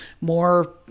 more